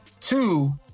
Two